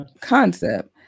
concept